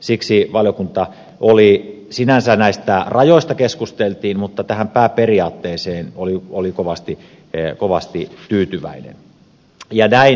siksi valiokunnassa sinänsä näistä rajoista keskusteltiin mutta tähän pääperiaatteeseen oltiin kovasti tyytyväisiä